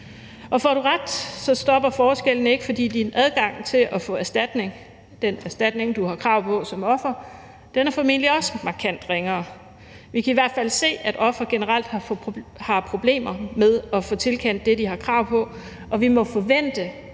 Og får du ret, stopper forskellene ikke, for din adgang til at få erstatning – den erstatning, du har krav på som offer – er formentlig også markant ringere. Vi kan i hvert fald se, at ofre generelt har problemer med at få tilkendt det, de har krav på, og vi må forvente,